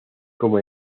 como